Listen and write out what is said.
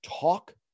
talk